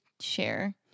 share